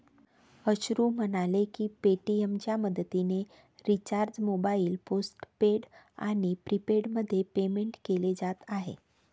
अश्रू म्हणाले की पेटीएमच्या मदतीने रिचार्ज मोबाईल पोस्टपेड आणि प्रीपेडमध्ये पेमेंट केले जात आहे